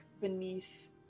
beneath